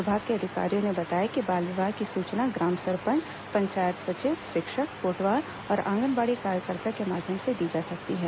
विभाग के अधिकारियों ने बताया कि बाल विवाह की सूचना ग्राम सरपंच पंचायत सचिव शिक्षक कोटवार और आंगनबाड़ी कार्यकर्ता के माध्यम से दी जा सकती है